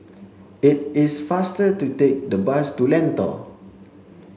it is faster to take the bus to Lentor